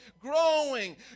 growing